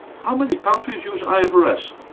how many countries use ifrs,